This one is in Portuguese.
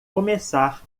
começar